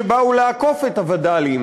שבאו לעקוף את הווד"לים,